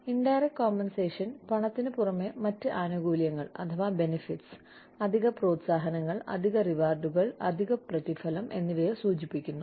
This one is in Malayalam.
ഇൻഡയറെക്റ്റ് കോമ്പൻസേഷൻ പണത്തിന് പുറമേ മറ്റ് ആനുകൂല്യങ്ങൾ അധിക പ്രോത്സാഹനങ്ങൾ അധിക റിവാർഡുകൾ അധിക പ്രതിഫലം എന്നിവയെ സൂചിപ്പിക്കുന്നു